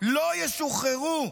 לא ישוחררו,